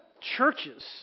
churches